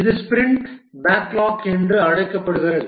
இது sprint backlog என்று அழைக்கப்படுகிறது